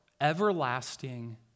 Everlasting